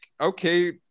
okay